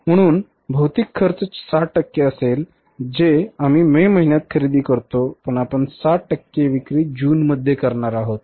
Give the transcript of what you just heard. म्हणून भौतिक खर्च 60 टक्के असेल जो आम्ही मे महिन्यात खरेदी करतो पण आपण 60 टक्के विक्री जूनमध्ये करणार आहोत